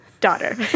daughter